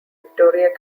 victoria